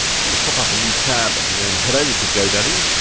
just gonna pop up a new tab and then head over to godaddy.